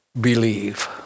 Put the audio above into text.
Believe